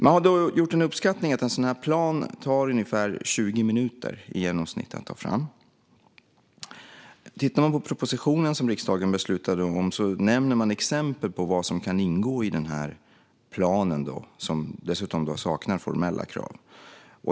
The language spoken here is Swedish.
Man har gjort en uppskattning att en sådan plan tar i genomsnitt ungefär 20 minuter att ta fram. Tittar man på propositionen som riksdagen beslutade om nämns i den exempel på vad som kan ingå i planen, som dessutom saknar formella krav.